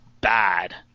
bad